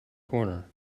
corner